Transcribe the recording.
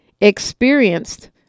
experienced